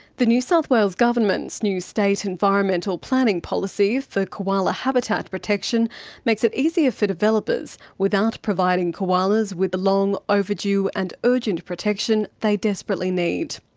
the new south wales government's new state environmental planning policy for koala habitat protection makes it easier for developers, without providing koalas with the long overdue and urgent protection they desperately need.